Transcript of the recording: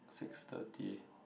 six thirty